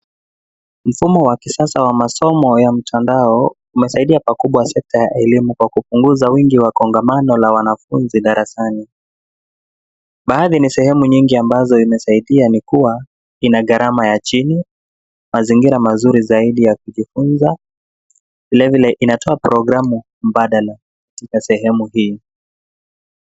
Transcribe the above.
Mfumo wa kisasa ya masomo ya mtandao umesaidia pakubwa sekta ya elimu kwa kupunguza wingi wa kongamano la wanafunzi darasani, baadhi ni sehemu nyingi ambazo imesaidia ni kuwa ina gharama ya chini, mazingira mazuri zaidi ya kujifunza, vilevile inatoa programu mbadala katika sehemu hii.